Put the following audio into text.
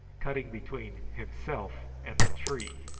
cutting between himself and the tree.